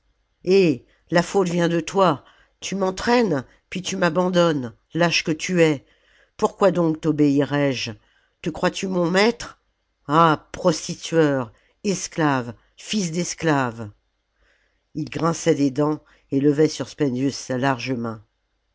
eh la faute vient de toi tu m'entraînes puis tu m'abandonnes lâche que tu es pourquoi donc tobéirais je te crois-tu mon maître ah prostitueur esclave fils d'esclave ii grinçait des dents et levait sur spendius sa large main